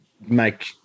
make